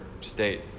state